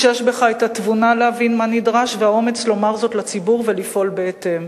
שיש בך התבונה להבין מה נדרש והאומץ לומר זאת לציבור ולפעול בהתאם.